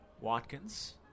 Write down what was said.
Watkins